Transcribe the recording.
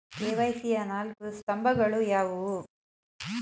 KYC ಯ ನಾಲ್ಕು ಸ್ತಂಭಗಳು ಯಾವುವು?